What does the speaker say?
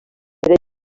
era